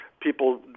people